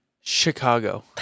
Chicago